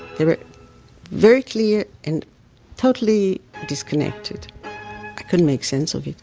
they were very clear and totally disconnected i couldn't make sense of it.